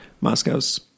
Moscow's